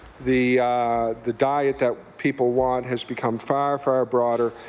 the the diet that people want has become far, far broader.